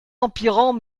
empirant